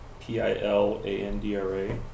P-I-L-A-N-D-R-A